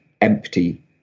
empty